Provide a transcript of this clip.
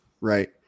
right